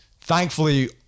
thankfully